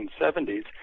1970s